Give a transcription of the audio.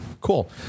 Cool